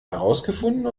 herausgefunden